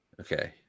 okay